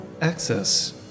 Access